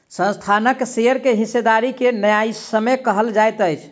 संस्थानक शेयर के हिस्सेदारी के न्यायसम्य कहल जाइत अछि